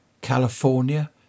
California